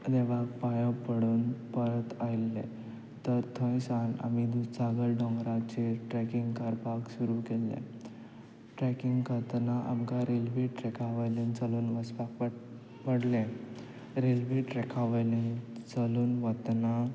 देवाक पांयां पडून परत आयिल्ले तर थंय सावन आमी दुधसागर दोंगराचेर ट्रॅकिंग करपाक सुरू केल्लें ट्रॅकिंग करताना आमकां रेल्वे ट्रॅका वयल्यान चलून वचपाक पडलें रेल्वे ट्रॅका वयल्यान चलून वतना